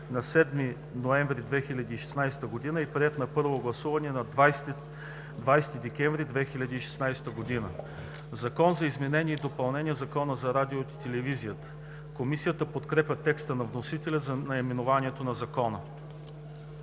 на 7 ноември 2016 г. и приет на първо гласуване на 20 декември 2016 г. „Закон за изменение и допълнение на Закона за радиото и телевизията“. Комисията подкрепя текста на вносителя за наименованието на Закона.